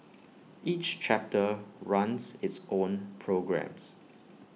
each chapter runs its own programmes